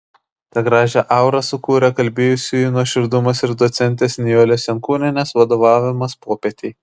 tą gražią aurą sukūrė kalbėjusiųjų nuoširdumas ir docentės nijolės jankūnienės vadovavimas popietei